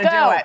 go